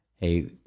hey